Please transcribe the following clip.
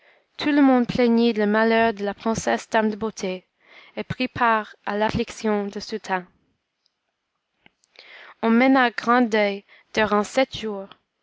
tout le monde plaignit le malheur de la princesse dame de beauté et prit part à l'affliction du sultan on mena grand deuil durant sept jours